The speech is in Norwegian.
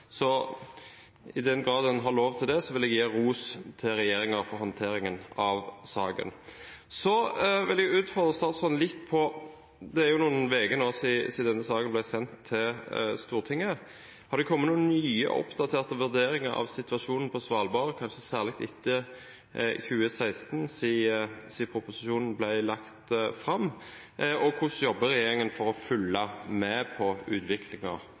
Så i den grad en har lov til det, vil jeg gi ros til regjeringen for håndteringen av saken. Så vil jeg utfordre statsråden litt: Det er noen uker siden denne saken ble sendt til Stortinget. Har det kommet noen nye, oppdaterte vurderinger av situasjonen på Svalbard, kanskje særlig etter 2016, siden proposisjonen ble lagt fram? Og hvordan jobber regjeringen for å følge med på